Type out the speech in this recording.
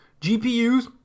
gpus